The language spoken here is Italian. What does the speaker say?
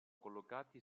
collocati